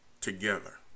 together